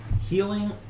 healing